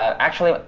actually,